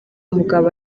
umugabo